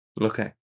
okay